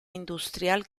industrial